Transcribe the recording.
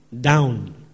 down